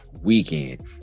weekend